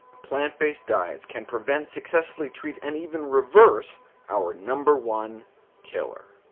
plant-based diets can prevent successfully treat and even reverse our number one killer.